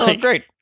great